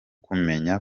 kumenya